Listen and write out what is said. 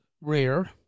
rare